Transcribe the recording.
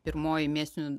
pirmoji mėsinių